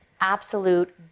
absolute